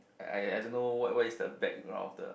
I I I don't know what what is the background of the